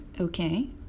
okay